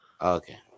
Okay